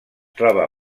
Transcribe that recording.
troba